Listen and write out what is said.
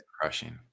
crushing